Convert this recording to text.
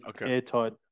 airtight